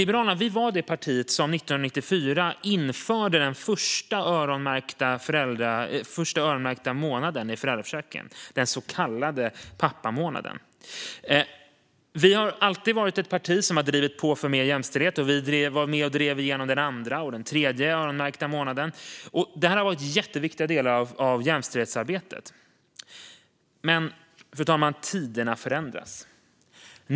Liberalerna var det parti som 1994 införde den första öronmärkta månaden i föräldraförsäkringen, den så kallade pappamånaden. Vi har alltid varit ett parti som har drivit på för mer jämställdhet, och vi var med och drev igenom även den andra och den tredje öronmärkta månaden. Det har varit jätteviktiga delar av jämställdhetsarbetet. Men, fru talman, tiderna förändras.